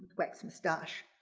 wax mustache.